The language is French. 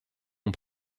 ont